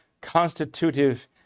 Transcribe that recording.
constitutive